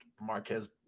marquez